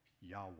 Yahweh